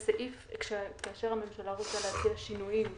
כאשר הממשלה רוצה להציע שינויים להסכמים,